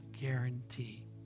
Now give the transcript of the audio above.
guarantee